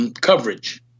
coverage